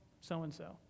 so-and-so